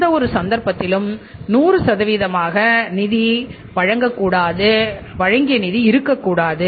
எந்தவொரு சந்தர்ப்பத்திலும் நிதி 100 ஆக இருக்கக்கூடாது